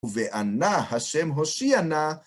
וענה, השם הושיעה נא.